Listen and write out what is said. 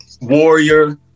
warrior